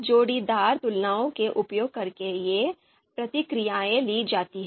जोड़ीदार तुलनाओं का उपयोग करके ये प्रतिक्रियाएं ली जाती हैं